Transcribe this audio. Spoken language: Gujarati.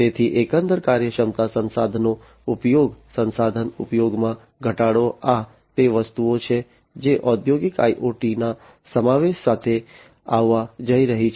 તેથી એકંદર કાર્યક્ષમતા સંસાધનનો ઉપયોગ સંસાધન ઉપયોગમાં ઘટાડો આ તે વસ્તુઓ છે જે ઔદ્યોગિક IoT ના સમાવેશ સાથે આવવા જઈ રહી છે